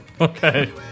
Okay